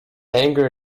anger